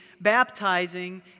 baptizing